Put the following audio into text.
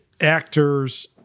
actors